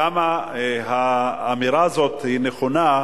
כמה האמירה הזאת היא נכונה,